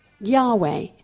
Yahweh